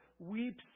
Weeps